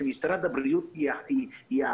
אז שמשרד הבריאות יאכוף,